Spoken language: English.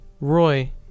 Roy